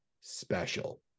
special